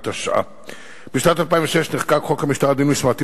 התשע"א 2011. בשנת 2006 נחקק חוק המשטרה (דין משמעתי,